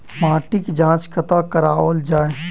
माटिक जाँच कतह कराओल जाए?